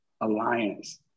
Alliance